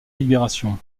libération